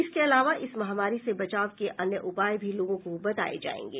इसके अलावा इस महामारी से बचाव के अन्य उपाय भी लोगों को बताये जायेंगे